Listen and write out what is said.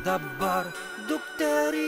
dabar dukterį